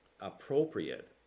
appropriate